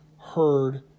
heard